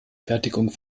fertigung